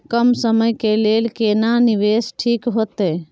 कम समय के लेल केना निवेश ठीक होते?